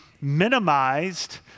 minimized